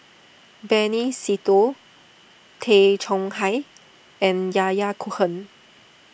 Benny Se Teo Tay Chong Hai and Yahya Cohen